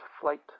flight